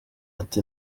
ati